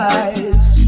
eyes